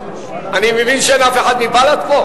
אני מבין שאין אף אחד מבל"ד פה?